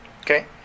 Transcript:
Okay